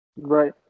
Right